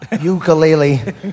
ukulele